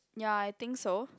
ya I think so